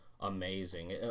amazing